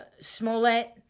Smollett